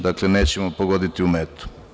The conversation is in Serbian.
Dakle, nećemo pogoditi u metu.